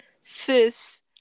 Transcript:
sis